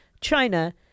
China